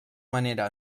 manera